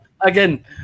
again